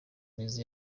meza